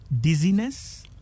dizziness